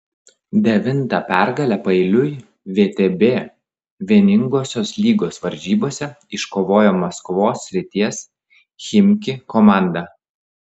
devintą pergalę paeiliui vtb vieningosios lygos varžybose iškovojo maskvos srities chimki komanda